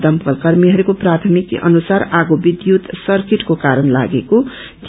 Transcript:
दमकल कर्मीहरूको प्राथमिक जाँच अनुसार आगो विघुत सर्ट सर्किटको कारण लागेको थियो